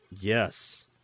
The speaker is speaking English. Yes